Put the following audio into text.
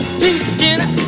skinny